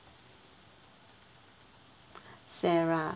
sarah